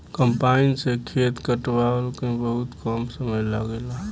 combine से खेत कटावला में बहुते कम समय लागेला